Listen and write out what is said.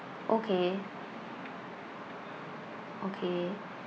okay okay